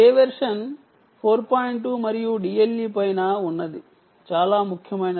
2 మరియు DLE పైన ఉన్నది చాలా ముఖ్యమైనది